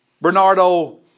Bernardo